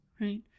right